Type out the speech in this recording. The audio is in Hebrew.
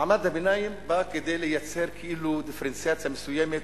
מעמד הביניים בא לייצר כאילו דיפרנציאציה מסוימת